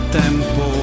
tempo